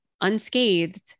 unscathed